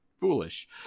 foolish